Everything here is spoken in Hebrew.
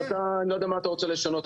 אני לא יודע מה אתה רוצה לשנות.